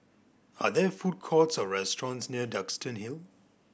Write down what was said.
are there food courts or restaurants near Duxton Hill